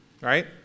Right